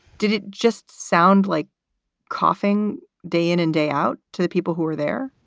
did it just sound like coughing day in and day out to the people who were there?